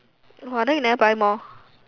!wah! then you never buy more